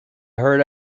heard